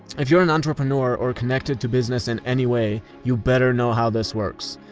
if you're an entrepreneur or connected to business in any way, you better know how this works.